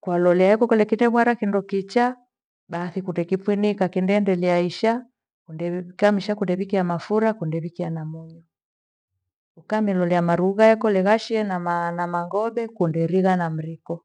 kwalolea kolekite bwara kindo kichaa bathi kutokithunika kinde endeendelea isha, undewiwika msha kunewikia mafura kundewikia na munyu. Ukamilolea marugha yako legashi nama- na- mangobe kunderigha na mriko.